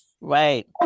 Right